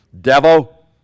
Devil